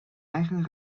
eigen